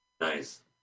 Nice